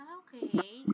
okay